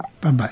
Bye-bye